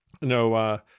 no